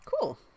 cool